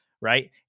right